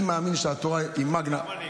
אני מאמין שהתורה היא --- גם אני.